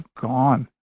gone